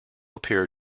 appear